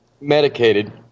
medicated